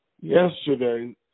Yesterday